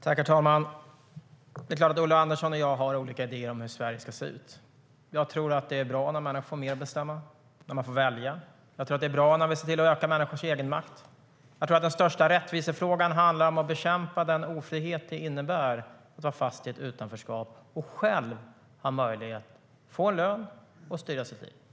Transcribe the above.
Herr talman! Det är klart att Ulla Andersson och jag har olika idéer om hur Sverige ska se ut. Jag tror att det är bra när människor får mer att bestämma om och när man får välja. Jag tror att det är bra när vi ser till att öka människors egenmakt. Jag tror att den största rättvisefrågan handlar om att bekämpa den ofrihet det innebär att vara fast i ett utanförskap och se till att människor själva har möjligheter, får lön och kan styra sitt liv.